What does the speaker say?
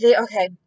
Okay